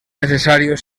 necesario